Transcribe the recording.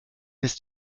ist